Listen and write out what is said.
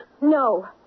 No